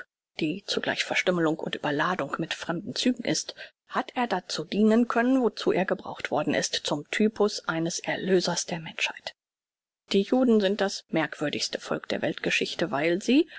die zugleich verstümmlung und überladung mit fremden zügen ist hat er dazu dienen können wozu er gebraucht worden ist zum typus eines erlösers der menschheit die juden sind das merkwürdigste volk der weltgeschichte weil sie